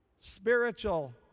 Spiritual